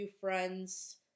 friends